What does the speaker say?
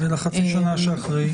והחצי שנה שאחרי?